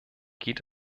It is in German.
geht